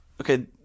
Okay